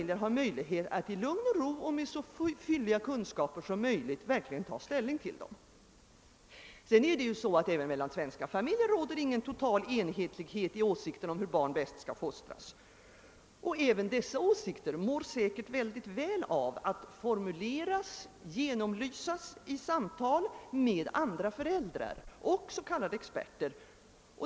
Inte heller mellan svenska familjer råder för övrigt total enhetlighet i åsikterna om hur barn bäst skall fostras, och även dessa åsikter mår säkert väl av att formuleras och genomlysas i samtal med andra föräldrar och s.k. experter.